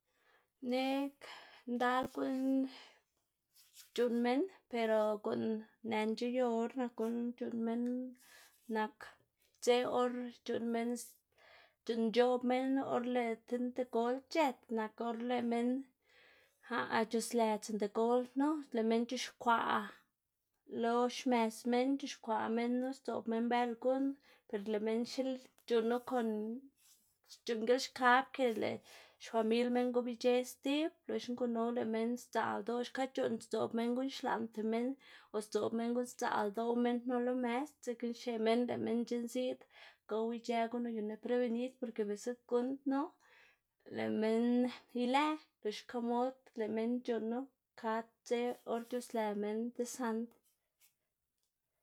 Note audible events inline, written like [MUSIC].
Ne'g ndal gu'n c̲h̲uꞌnn minn pero guꞌn nënc̲h̲̱a yu or nak, guꞌn c̲h̲uꞌnn minn nak dze or c̲h̲uꞌnn minn, c̲h̲uꞌnn nc̲h̲oꞌb minn or lëꞌ ti ndeꞌgol c̲h̲ët nak or lëꞌ minn [HESITATION] c̲h̲uslëdz ndeꞌgol knu, lëꞌ minn c̲h̲ixkwaꞌ lo xmes minn, c̲h̲ixkwaꞌ minnu sdzoꞌb minn bel, per lëꞌ minn c̲h̲uꞌnnu kon c̲h̲uꞌnn gilxkab ke lëꞌ xfamil minn gobic̲h̲ë stib loxna gunu lëꞌ minn sdzaꞌl ldoꞌ xka c̲h̲uꞌnn sdzoꞌb minn guꞌn xlaꞌnda minn o sdzoꞌb minn guꞌn sdzaꞌl ldoꞌ minn knu lo mes, dzekna xneꞌ minn lëꞌ minn c̲h̲eꞌn ziꞌd gow ic̲h̲ë guꞌn uyunn- ná prebenid, porke biꞌltsa gunndnu, lëꞌ minn ilëꞌ, lox xka mod lëꞌ minn c̲h̲uꞌnnu kad dze or c̲h̲uslë minn desand.